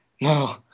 No